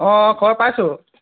অঁ খবৰ পাইছোঁ